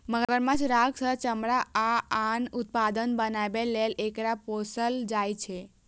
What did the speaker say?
मगरमच्छक खाल सं चमड़ा आ आन उत्पाद बनाबै लेल एकरा पोसल जाइ छै